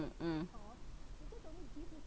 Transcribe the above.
mm mm